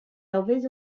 talvez